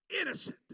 innocent